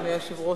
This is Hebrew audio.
אדוני היושב-ראש,